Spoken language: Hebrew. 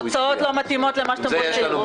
התוצאות לא מתאימות למה שאתם רוצים.